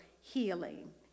healing